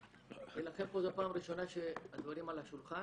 ולכן פה זו הפעם הראשונה שהדברים על השולחן.